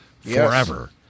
forever